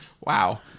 Wow